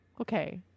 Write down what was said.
Okay